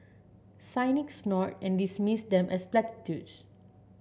cynic snort and dismiss them as platitudes